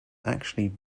actually